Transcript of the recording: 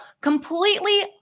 completely